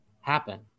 happen